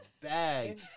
bag